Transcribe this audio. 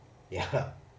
ya